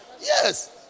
Yes